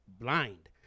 blind